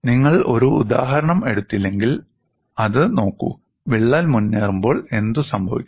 നിങ്ങൾ ഒരു ഉദാഹരണം എടുത്തില്ലെങ്കിൽ അത് നോക്കൂ വിള്ളൽ മുന്നേറുമ്പോൾ എന്തുസംഭവിക്കും